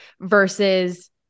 versus